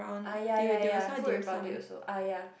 ah ya ya ya Food Republic also ah ya